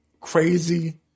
crazy